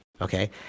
okay